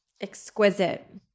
Exquisite